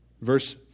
Verse